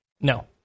No